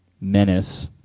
menace